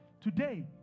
Today